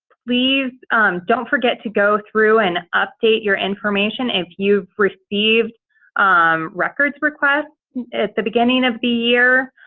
please don't forget to go through and update your information. if you've received records request at the beginning of the year,